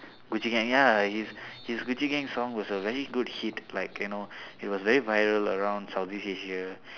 gucci gang ya his his gucci gang song was a very good hit like you know it was very viral around southeast asia